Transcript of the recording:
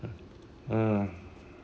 hmm